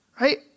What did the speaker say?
right